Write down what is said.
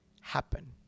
happen